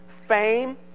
Fame